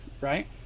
Right